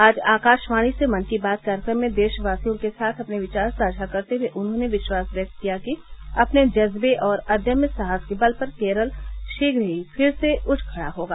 आज आकाशवाणी से मन की बात कार्यक्रम में देशवासियों के साथ अपने विचार साझा करते हुए उन्होंने विश्वास व्यक्त किया कि अपने जज्बे और अदम्य साहस के बल पर केरल शीघ्र ही फिर से उठ खड़ा होगा